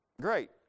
Great